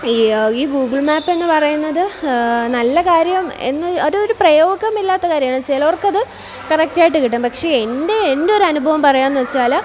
ഈ ഗൂഗിൾ മാപ്പെന്ന് പറയുന്നത് നല്ല കാര്യം എന്ന് അതൊരു പ്രയോഗമില്ലാത്ത കാര്യമാണ് ചിലവർക്ക് അത് കറക്റ്റ് ആയിട്ട് കിട്ടും പക്ഷേ എൻ്റെ എൻ്റെ ഒരു അനുഭവം പറയാമെന്ന് വച്ചാൽ